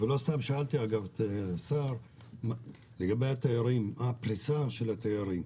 לא סתם שאלתי את השר על הפריסה של התיירים.